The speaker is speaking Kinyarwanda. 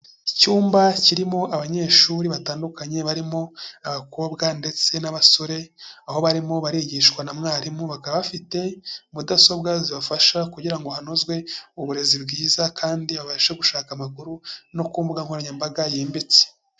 Icyumba kirimo abanyeshuri batandukanye, barimo abakobwa ndetse n'abasore, aho barimo barigishwa na mwarimu, bakaba bafite Mudasobwa zibafasha kugira ngo hanozwe uburezi bwiza, kandi babashe gushaka amakuru no ku mbuga nkoranyambaga yimbitse.